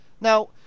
now